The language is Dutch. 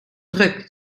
druk